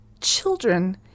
children